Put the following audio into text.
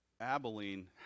Abilene